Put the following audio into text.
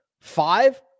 Five